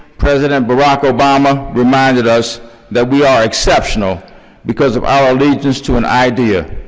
president barack obama reminded us that we are exceptional because of our allegiance to an idea,